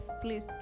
please